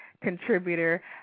contributor